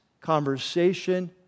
conversation